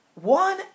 one